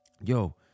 yo